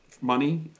money